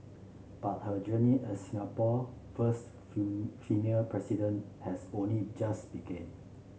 but her journey as Singapore first female President has only just begin